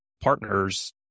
partners